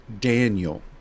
Daniel